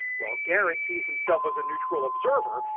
while garret sees himself as a neutral observer,